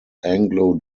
anglo